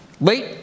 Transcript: Late